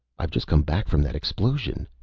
i've just come back from that explosion,